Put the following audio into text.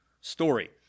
story